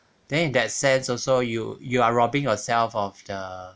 then in that sense also you you are robbing yourself of the